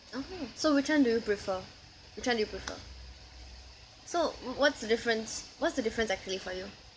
(uh huh) so which one do you prefer which one do you prefer so wh~ what's the difference what's the difference actually for you